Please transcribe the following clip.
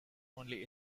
only